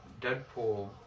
deadpool